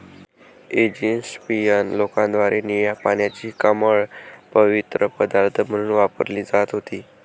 Egyptian लोकांद्वारे निळ्या पाण्याची कमळ पवित्र पदार्थ म्हणून वापरली जात होती